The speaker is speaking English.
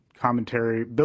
commentary